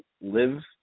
live